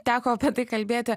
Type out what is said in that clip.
teko apie tai kalbėti